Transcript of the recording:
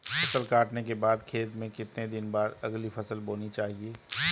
फसल काटने के बाद खेत में कितने दिन बाद अगली फसल बोनी चाहिये?